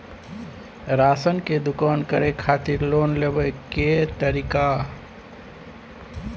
Ration के दुकान करै खातिर लोन लेबै के तरीका?